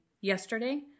yesterday